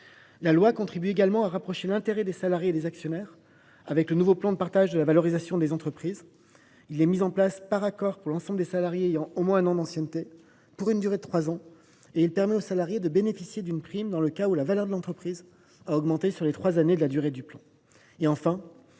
Le texte contribue également à rapprocher les intérêts des salariés et ceux des actionnaires au travers du nouveau plan de partage de la valorisation de l’entreprise. Mis en place par accord pour l’ensemble des salariés ayant au moins un an d’ancienneté, pour une durée de trois ans, il leur permet de bénéficier d’une prime dans le cas où la valeur de l’entreprise a augmenté durant les trois années que dure le plan.